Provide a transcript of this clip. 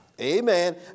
Amen